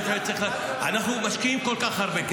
אני